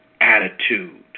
attitude